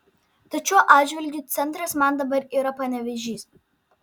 tad šiuo atžvilgiu centras man dabar yra panevėžys